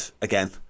again